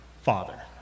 father